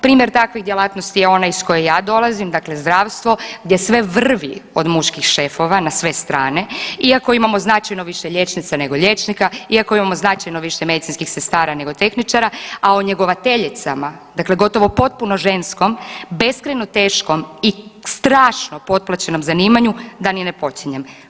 Primjer takvih djelatnosti je onaj iz koje ja dolazim, dakle zdravstvo gdje sve vrvi od muških šefova na sve strane, iako imamo značajno više liječnica nego liječnika, iako imamo značajno više medicinskih sestara nego tehničara, a o njegovateljicama, dakle gotovo potpuno ženskom, beskrajno teškom i strašno potplaćenom zanimanju da ni ne počinjem.